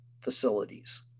facilities